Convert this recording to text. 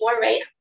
right